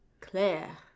Claire